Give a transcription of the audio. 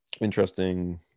interesting